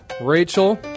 Rachel